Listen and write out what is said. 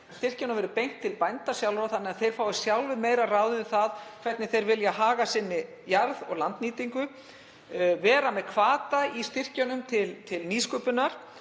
styrkjunum verði beint til bænda sjálfra þannig að þeir fái sjálfir meiru ráðið um það hvernig þeir vilja haga sinni jarð- og landnýtingu, vera með hvata í styrkjunum til nýsköpunar